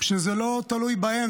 שזה לא תלוי בהם,